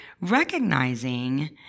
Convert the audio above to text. recognizing